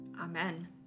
Amen